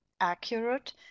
accurate